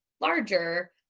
larger